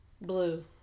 Blue